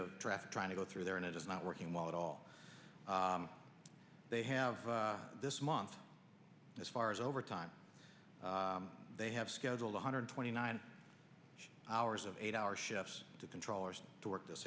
of traffic trying to go through there and it is not working well at all they have this month as far as over time they have scheduled a hundred twenty nine hours of eight hour shifts to controllers to work this